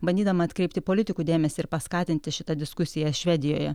bandydama atkreipti politikų dėmesį ir paskatinti šitą diskusiją švedijoje